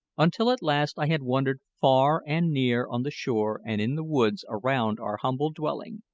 until at last i had wandered far and near on the shore and in the woods around our humble dwelling,